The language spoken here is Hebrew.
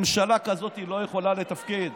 ממשלה כזאת לא יכולה לתפקד.